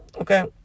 Okay